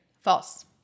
False